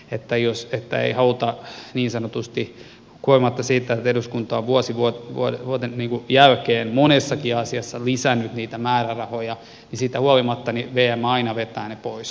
että jos tätä ei auta niin huolimatta siitä että eduskunta on vuosi vuoden jälkeen monessakin asiassa lisännyt niitä määrärahoja vm aina vetää ne pois